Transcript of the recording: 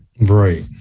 Right